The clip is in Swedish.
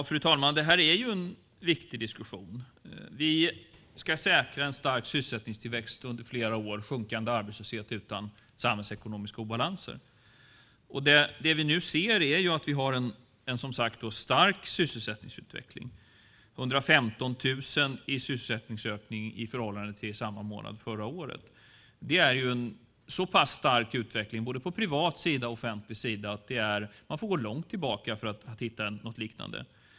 Fru talman! Det här är en viktig diskussion. Vi ska säkra en stark sysselsättningstillväxt under flera år och en sjunkande arbetslöshet utan samhällsekonomiska obalanser. Det vi nu ser är att vi, som sagt, har en stark sysselsättningsutveckling. 115 000 i sysselsättningsökning i förhållande till samma månad förra året är en så pass stark utveckling både på privat sida och på offentlig sida att man får gå långt tillbaka i tiden för att hitta något liknande.